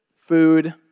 food